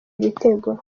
ibitego